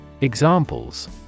Examples